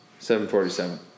747